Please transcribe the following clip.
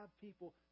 people